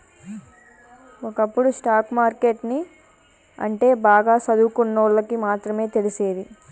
ఒకప్పుడు stock market ని అంటే బాగా సదువుకున్నోల్లకి మాత్రమే తెలిసేది